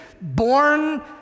Born